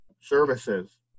services